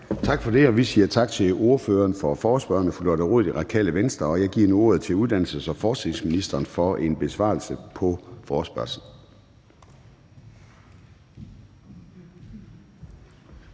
Tak for det. Vi siger tak til ordføreren for forespørgerne, fru Lotte Rod, Radikale Venstre. Jeg giver nu ordet til uddannelses- og forskningsministeren for en besvarelse på forespørgslen.